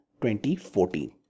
2014